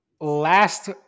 Last